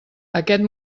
aquest